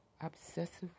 obsessive